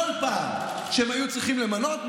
כל פעם שהם היו צריכים למנות,